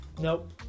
Nope